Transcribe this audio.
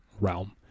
realm